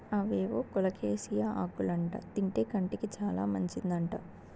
అవేవో కోలోకేసియా ఆకులంట తింటే కంటికి చాలా మంచిదంట